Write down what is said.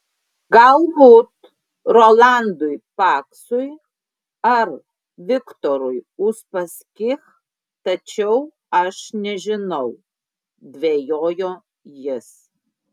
galbūt rolandui paksui ar viktorui uspaskich tačiau aš nežinau dvejojo jis